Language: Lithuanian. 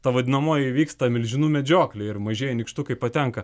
ta vadinamoji vyksta milžinų medžioklė ir mažieji nykštukai patenka